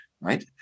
Right